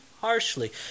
harshly